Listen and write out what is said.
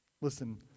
Listen